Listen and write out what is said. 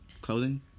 clothing